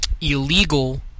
Illegal